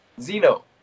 Zeno